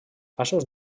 passos